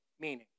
meaning